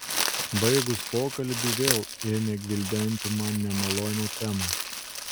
baigus pokalbį vėl ėmė gvildenti man nemalonią temą